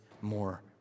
more